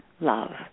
love